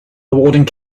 awarding